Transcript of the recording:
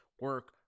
Work